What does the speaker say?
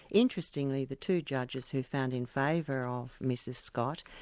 interestingly, the two judges who found in favour of mrs scott,